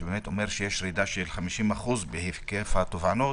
שאומר שיש ירידה של 50% בהיקף התובענות,